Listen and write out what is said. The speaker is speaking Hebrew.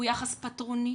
הוא יחס פטרוני,